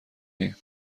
ایم